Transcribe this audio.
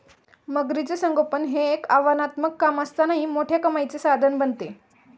मगरीचे संगोपन हे एक आव्हानात्मक काम असतानाही मोठ्या कमाईचे साधन बनते